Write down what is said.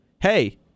hey